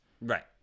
right